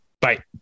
Bye